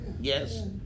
yes